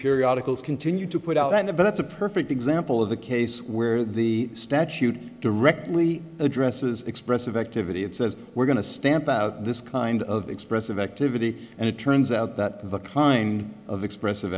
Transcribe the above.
periodicals continue to point out that the but that's a perfect example of the case where the statute directly addresses expressive activity and says we're going to stamp out this kind of expressive activity and it turns out that the crime of expressive